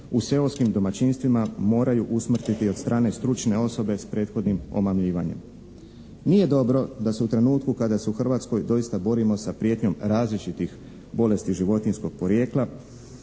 u seoskim domaćinstvima moraju usmrtiti od strane stručne osobe s prethodnim omamljivanjem. Nije dobro da se u trenutku kada se u Hrvatskoj doista borimo sa prijetnjom različitih bolesti životinjskog podrijetla,